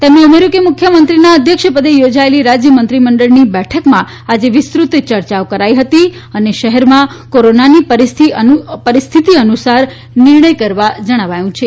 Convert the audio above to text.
તેમણે ઉમેર્યું કે મુખ્યમંત્રીના અધ્યક્ષપદે યોજાયેલી રાજય મંત્રીમંડળની બેઠકમાં આજે વિસ્તૃત ચર્ચાઓ કરાઈ હતી અને શહેરમાં કોરોનાની પરિસ્થિતિ અનુસાર નિર્ણય કરવા જણાવાયુ છે